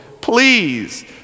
please